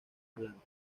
blancos